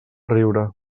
riure